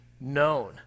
known